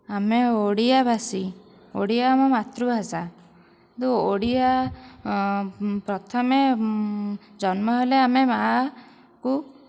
ଆମେ ଓଡ଼ିଆବାସୀ ଓଡ଼ିଆ ଆମ ମାତୃଭାଷା କିନ୍ତୁ ଓଡ଼ିଆ ପ୍ରଥମେ ଜନ୍ମ ହେଲେ ଆମେ ମା କୁ